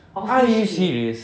are you serious